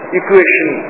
equation